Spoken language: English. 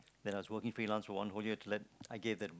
there has probably freelance to one whole year to let I gave that